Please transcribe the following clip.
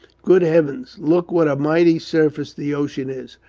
good heavens, look what a mighty surface the ocean is!